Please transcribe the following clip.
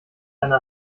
eine